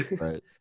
Right